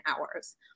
hours